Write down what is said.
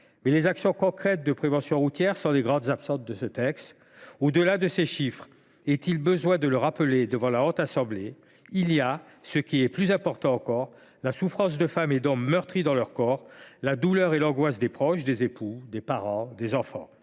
Mais les actions concrètes de prévention routière sont les grandes absentes de ce texte. « Mais au delà de ces chiffres – est il besoin de le rappeler devant la Haute Assemblée ?– il y a – ce qui est plus important encore – la souffrance des femmes et des hommes meurtris dans leur corps, la douleur et l’angoisse des proches, des époux, des parents, des enfants.